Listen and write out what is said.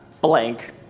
Blank